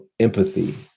empathy